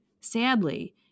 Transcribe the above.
Sadly